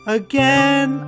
again